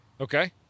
Okay